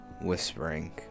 whispering